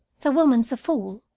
the woman's a fool,